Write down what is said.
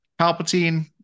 Palpatine